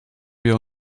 wir